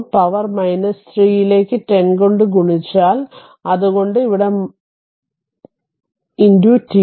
അതിനാൽ പവർ 3 ലേക്ക് 10 കൊണ്ട് ഗുണിച്ചാൽ അതുകൊണ്ടാണ് ഇവിടെ മൾട്ടി ഡിടി